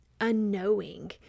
unknowing